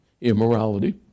immorality